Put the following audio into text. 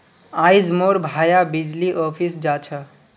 आइज मोर भाया बिजली ऑफिस जा छ